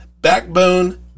Backbone